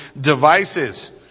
devices